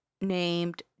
named